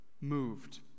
moved